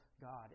God